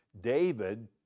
David